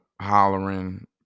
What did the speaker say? hollering